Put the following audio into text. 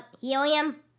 helium